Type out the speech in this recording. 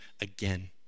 again